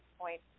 point